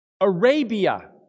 Arabia